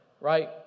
Right